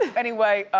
anyway,